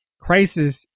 Crisis